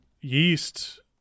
yeast